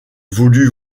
voulu